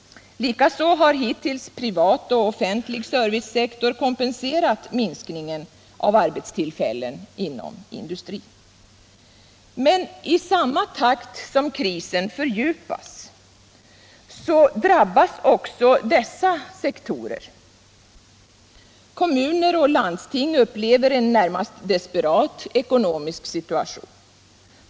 Likaså har hittills privat och offentlig servicesektor kompenserat minskningen av arbetstillfällen inom industrin. Men i samma takt som krisen fördjupas drabbas också dessa sektorer. Kommuner och landsting upplever en närmast desperat ekonomisk situation.